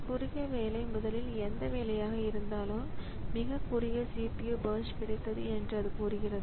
குறுகிய வேலை முதலில் எந்த வேலையாக இருந்தாலும் மிகக் குறுகிய CPU பர்ஸ்ட் கிடைத்தது என்று அது கூறுகிறது